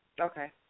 Okay